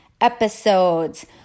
episodes